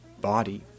body